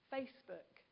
Facebook